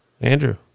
Andrew